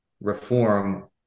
reform